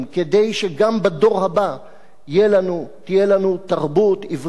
כדי שגם בדור הבא תהיה לנו תרבות עברית